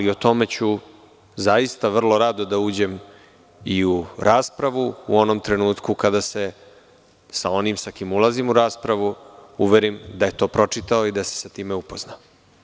O tome ću zaista vrlo rado da uđem i u raspravu, u onom trenutku kada se sa onim sa kim ulazim u raspravu uverim da je to pročitao i da se sa tim upoznao.